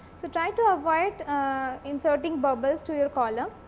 so, try to avoid ah inserting bubbles to your column